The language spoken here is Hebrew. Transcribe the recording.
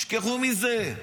תשכחו מזה.